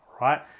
right